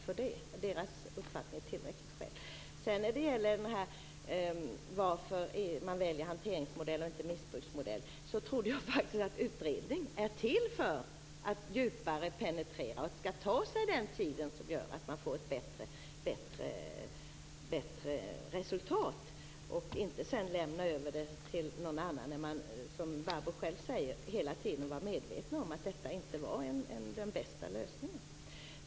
När det sedan gäller varför man väljer hanteringsmodellen och inte missbruksmodellen trodde jag faktiskt att en utredning var till för att penetrera djupare och skall ta sig den tid som gör att man får ett bättre resultat - inte sedan lämna över det till någon annan när man, som Barbro själv säger, hela tiden var medveten om att detta inte var den bästa lösningen.